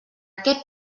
què